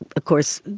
of course,